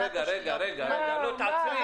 רגע, תעצרי.